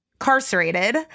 incarcerated